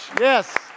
Yes